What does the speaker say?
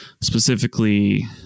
specifically